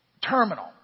terminal